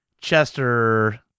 chester